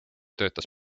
töötas